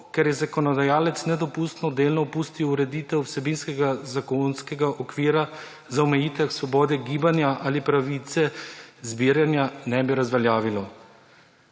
ker je zakonodajalec nedopustno delno opustil ureditev vsebinskega zakonskega okvira za omejitev svobode gibanja ali pravice zbiranja, ne bi razveljavilo.